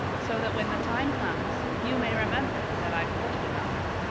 so that when the time comes, you may remember that i told you about them.